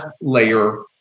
layer